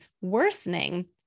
worsening